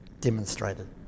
Demonstrated